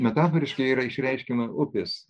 metaforiškai yra išreiškiama upės